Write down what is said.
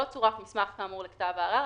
לא צורף מסמך כאמור לכתב הערר,